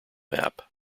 map